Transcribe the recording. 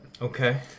Okay